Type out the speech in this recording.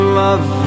love